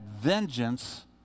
vengeance